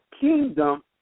kingdom